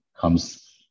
comes